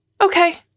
Okay